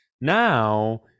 now